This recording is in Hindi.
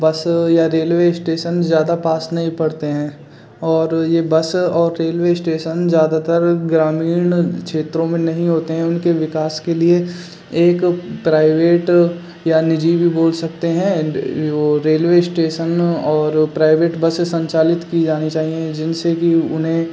बस या रेलवे इस्टेसन ज़्यादा पास नहीं पड़ते हैं और ये बस और रेलवे इस्टेसन ज़्यादातर ग्रामीण क्षेत्रों में नहीं होते हैं उनके विकास के लिए एक प्राइवेट या निजी भी बोल सकते हैं वे रेलवे इस्टेसन और प्राइवेट बसें संचालित की जानी चाहिऍं जिनसे कि उन्हें